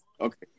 Okay